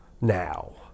now